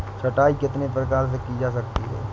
छँटाई कितने प्रकार से की जा सकती है?